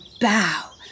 bow